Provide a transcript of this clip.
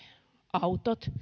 autot